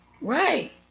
Right